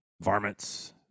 varmints